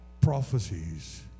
prophecies